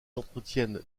entretiennent